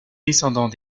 descendants